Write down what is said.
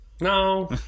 No